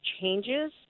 changes